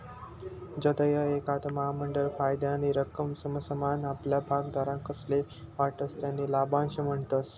जधय एखांद महामंडळ फायदानी रक्कम समसमान आपला भागधारकस्ले वाटस त्याले लाभांश म्हणतस